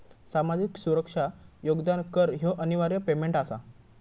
सामाजिक सुरक्षा योगदान कर ह्यो अनिवार्य पेमेंट आसा